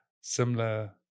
similar